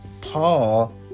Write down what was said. Paul